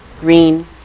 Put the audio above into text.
green